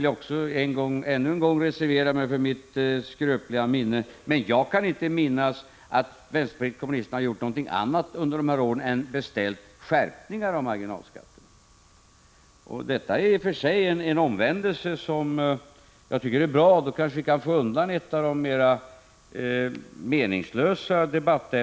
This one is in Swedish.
Jag kan inte minnas — så ännu en gång med reservation för mitt skröpliga minne — att vänsterpartiet kommunisterna under dessa år gjort någonting annat än beställt skärpningar av marginalskatten. Detta är i och för sig en omvändelse som jag tycker är bra. Kanske kan vi därmed slippa ett av de mera meningslösa debattämnena.